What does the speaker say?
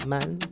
Man